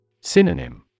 Synonym